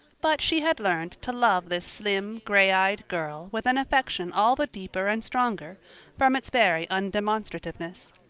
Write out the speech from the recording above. but she had learned to love this slim, gray-eyed girl with an affection all the deeper and stronger from its very undemonstrativeness.